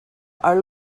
are